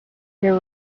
there